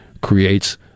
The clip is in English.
creates